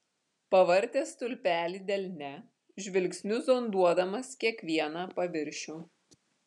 pavartė stulpelį delne žvilgsniu zonduodamas kiekvieną paviršių